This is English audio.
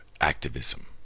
activism